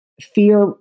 fear